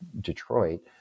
Detroit